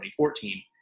2014